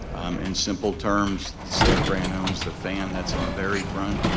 in simple terms, safran owns the fan that's in the very front,